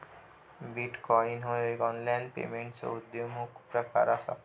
bitcoin ह्यो एक online पेमेंटचो उद्योन्मुख प्रकार असा